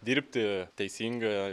dirbti teisinga